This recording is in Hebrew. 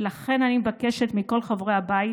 ולכן אני מבקשת מכל חברי הבית